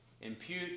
impute